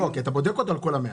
לא, כי אתה בודק אותו על כל ה-100.